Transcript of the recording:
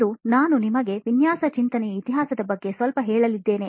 ಇಂದುನಾನು ನಿಮಗೆ ವಿನ್ಯಾಸ ಚಿಂತನೆಯ ಇತಿಹಾಸದ ಬಗ್ಗೆ ಸ್ವಲ್ಪ ಹೇಳಲಿದ್ದೇನೆ